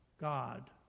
God